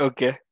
Okay